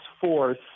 force